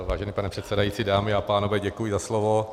Vážený pane předsedající, dámy a pánové, děkuji za slovo.